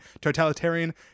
totalitarian